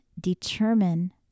determine